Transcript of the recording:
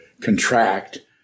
contract